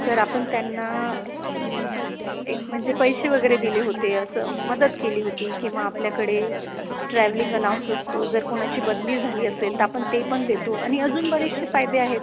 तर आपण त्यांना एक म्हणजे पैसे वगैरे दिले होते असं मदत केली होती किंवा आपल्याकडे ट्रॅव्हलिंग अलाउन्स असतो जर कोणाची बदली झाली असेल तर आपण ते पण देतो आणि अजून बरेचसे फायदे आहेत